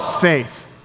Faith